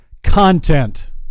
Content